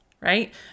right